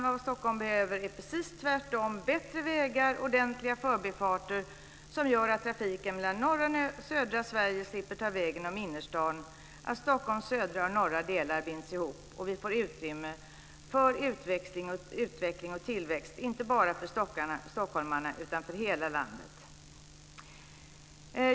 Vad Stockholm behöver är precis tvärtom, nämligen bättre vägar och ordentliga förbifarter som gör att trafiken mellan norra och södra Sverige slipper ta vägen om innerstaden, Stockholms södra och norra delar behöver bindas ihop och vi behöver få utrymme för utveckling och tillväxt inte bara för stockholmarna utan för hela landet.